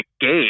game